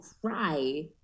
cry